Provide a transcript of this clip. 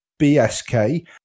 BSK